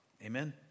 Amen